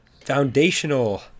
foundational